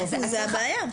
זו הבעיה.